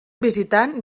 visitant